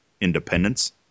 independence